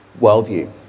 worldview